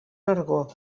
nargó